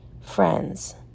friends